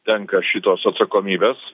tenka šitos atsakomybės